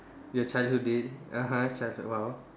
your childhood day (uh huh) childhood !wow!